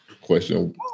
question